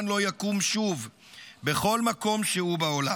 ון-פלס ופריץ פפר באמסטרדם ושילוחם בסופו של דבר למחנות המוות.